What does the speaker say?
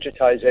digitization